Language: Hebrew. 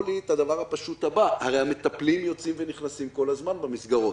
לי את הדבר הפשוט הבא: הרי המטפלים יוצאים ונכנסים כל הזמן במסגרות,